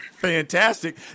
fantastic